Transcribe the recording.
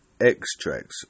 extracts